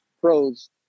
pros